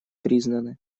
признаны